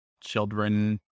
children